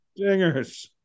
Dingers